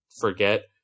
forget